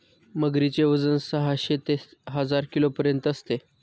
मगरीचे वजन साहशे ते हजार किलोपर्यंत असते